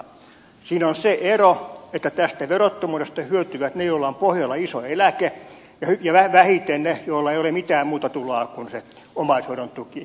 siinä on se ero että tästä verottomuudesta hyötyvät ne joilla on pohjalla iso eläke ja vähiten ne joilla ei ole mitään muuta tuloa kuin se omaishoidon tuki